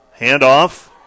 handoff